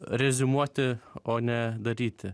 reziumuoti o ne daryti